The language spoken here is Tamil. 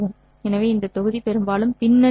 எனவே இந்த தொகுதி பெரும்பாலும் பின்னணி பொருள்